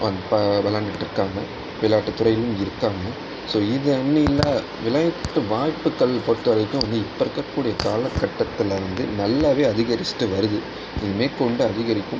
இப்போ விளாண்டுட்ருக்காங்க விளையாட்டுத் துறையிலும் இருக்காங்க ஸோ இது அன்னில விளையாட்டு வாய்ப்புகள் பொறுத்த வரைக்கும் இது இப்போ இருக்கக்கூடிய காலக்கட்டத்தில் வந்து நல்லாவே அதிகரித்திட்டு வருது இது மேற்கொண்டு அதிகரிக்கும்